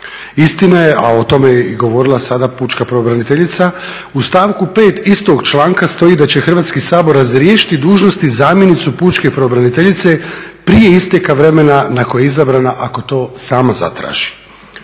Istina je, a o tome je i govorila sada pučka pravobraniteljica, u stavku 5. istog članka stoji da će Hrvatski sabor razriješiti dužnosti zamjenicu pučke pravobraniteljice prije isteka vremena na koje je izabrana ako to sama zatraži.